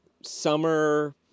summer